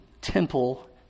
temple